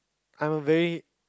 I'm a very